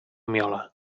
miola